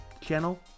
Channel